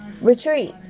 retreat